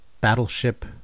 Battleship